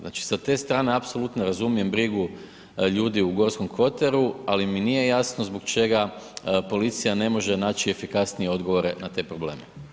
Znači sa te strane apsolutno razumijem brigu ljudi u Gorskom kotaru ali mi nije jasno zbog čega policija ne može naći efikasnije odgovore na te probleme.